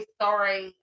sorry